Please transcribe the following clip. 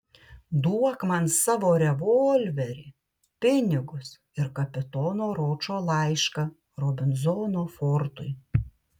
duok man savo revolverį pinigus ir kapitono ročo laišką robinzono fortui